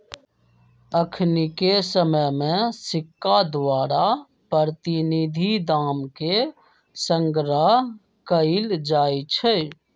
अखनिके समय में सिक्का द्वारा प्रतिनिधि दाम के संग्रह कएल जाइ छइ